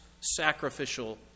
sacrificial